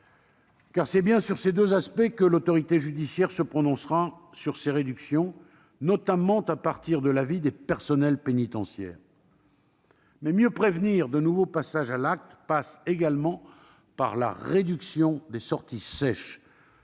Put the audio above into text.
c'est bien sur ces deux aspects que l'autorité judiciaire se prononcera pour envisager ces réductions, notamment à partir de l'avis des personnels pénitentiaires. Mais mieux prévenir de nouveaux passages à l'acte passe également par la réduction des sorties « sèches